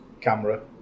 camera